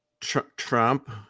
Trump